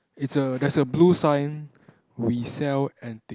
it's a there's a blue sign we sell antique